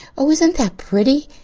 oh, isn't that pretty!